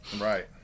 right